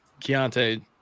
Keontae